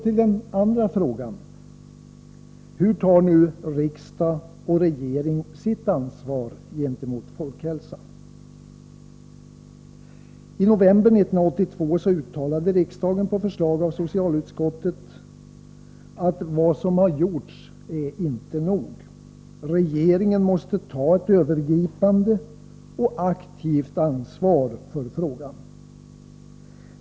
I november 1982 uttalade riksdagen på förslag av socialutskottet att vad som gjorts inte är nog. Regeringen måste ta ett övergripande och aktivt ansvar för frågan.